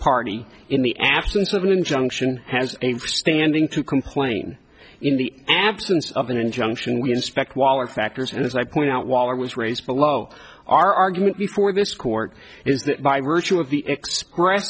party in the absence of an injunction has a standing to complain in the absence of an injunction we inspect wallach factors and as i point out while i was raised below our argument before this court is that by virtue of the